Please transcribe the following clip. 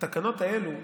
התקנות האלה,